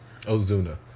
Ozuna